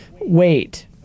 wait